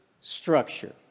structure